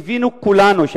קיווינו כולנו,